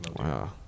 Wow